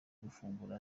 gufungura